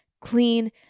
clean